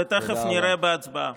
ותכף נראה בהצבעה.